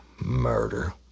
murder